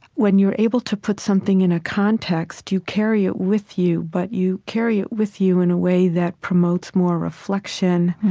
when you're able to put something in a context, you carry it with you. but you carry it with you in a way that promotes more reflection,